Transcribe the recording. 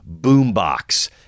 boombox